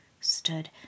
stood